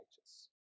righteous